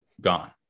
gone